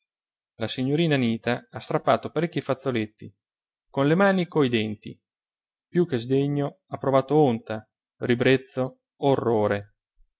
la signorina anita ha strappato parecchi fazzoletti con le mani e coi denti più che sdegno ha provato onta ribrezzo orrore